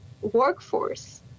workforce